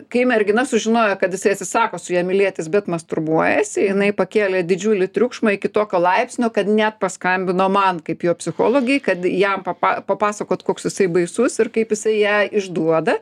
kai mergina sužinojo kad jisai atsisako su ja mylėtis bet masturbuojasi jinai pakėlė didžiulį triukšmą iki tokio laipsnio kad net paskambino man kaip jo psichologei kad jam papa papasakot koks jisai baisus ir kaip jisai ją išduoda